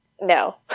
no